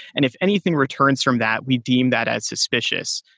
and if anything returns from that, we deem that as suspicious.